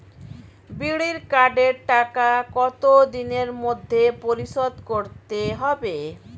বিড়ির কার্ডের টাকা কত দিনের মধ্যে পরিশোধ করতে হবে?